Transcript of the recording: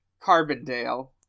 Carbondale